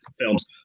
films